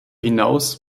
hinaus